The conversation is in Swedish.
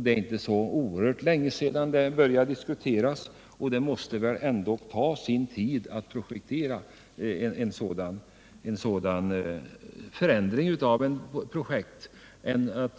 Det är inte så oerhört länge sedan detta började diskuteras, och det måste ju ändå ta sin tid att projektera dessa annorlunda broar jämfört med att